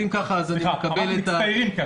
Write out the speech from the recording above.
אם כך, אני מקבל את ההערה.